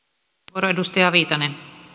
arvoisa rouva